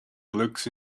looks